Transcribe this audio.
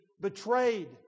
betrayed